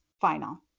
final